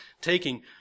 taking